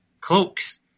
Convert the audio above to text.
cloaks